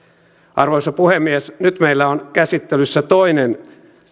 arvoisa puhemies nyt meillä on käsittelyssä toinen